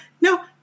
no